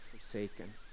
forsaken